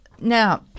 Now